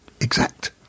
exact